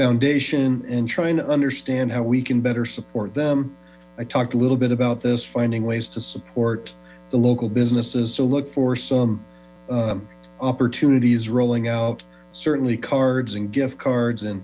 foundation and trying to understand how we can better support them i talked a little bit about this finding ways to support the local businesses so look for some opportunities rolling out certainly cards gift cards and